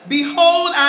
Behold